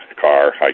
car